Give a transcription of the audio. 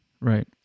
Right